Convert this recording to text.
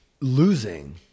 losing